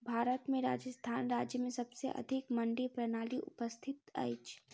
भारत में राजस्थान राज्य में सबसे अधिक मंडी प्रणाली उपस्थित अछि